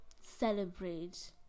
celebrate